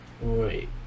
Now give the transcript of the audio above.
Wait